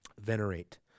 venerate